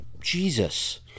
Jesus